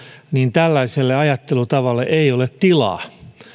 tällaiselle ajattelutavalle ei ole tilaa